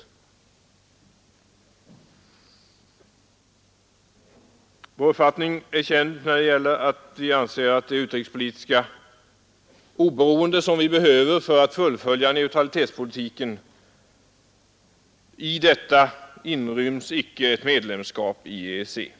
Centerns uppfattning är känd; vi anser att i det utrikespolitiska oberoende som behövs för att fullfölja den svenska neutralitetspolitiken ryms inte medlemskap i EEC.